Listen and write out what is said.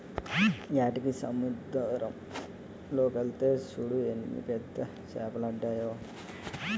ఏటకి సముద్దరం లోకెల్తే సూడు ఎన్ని పెద్ద సేపలడ్డాయో